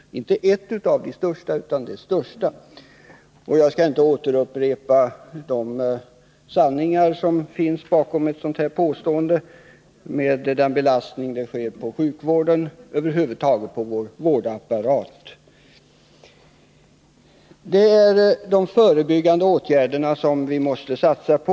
I stället används uttrycket det största problemet, vilket är ett mycket starkt ord. Jag skall inte återupprepa de sanningar som finns bakom ett sådant påstående. Jag kan bara nämna den belastning som missbruket förorsakar på hela vår vårdapparat. Det är de förebyggande åtgärderna som vi måste satsa på.